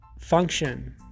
function